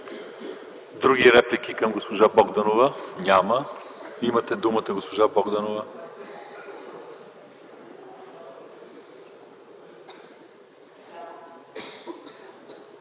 Други реплики към госпожа Богданова? Няма. Имате думата госпожа Богданова.